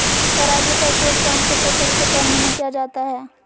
तराजू का उपयोग कौन सी फसल को तौलने में किया जाता है?